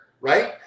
right